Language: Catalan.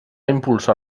impulsar